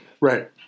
Right